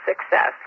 success